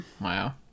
Wow